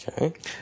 Okay